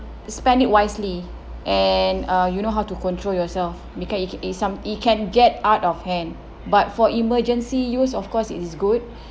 spend it wisely and uh you know how to control yourself it can it c~ some it can get out of hand but for emergency use of course it's good